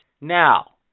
Now